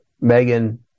megan